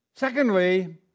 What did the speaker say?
Secondly